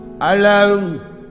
alone